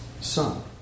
son